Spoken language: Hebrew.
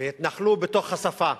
והתנחלו בתוך השפה,